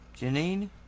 Janine